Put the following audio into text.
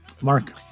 Mark